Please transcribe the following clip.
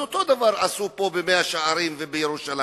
אז אותו דבר עשו פה במאה-שערים בירושלים,